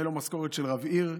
הייתה לו משכורת של רב עיר.